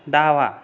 डावा